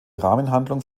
rahmenhandlung